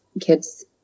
kids